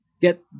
get